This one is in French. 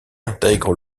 intègre